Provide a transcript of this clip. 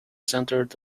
centred